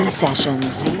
sessions